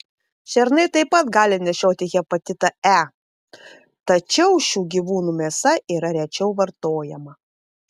šernai taip pat gali nešioti hepatitą e tačiau šių gyvūnų mėsa yra rečiau vartojama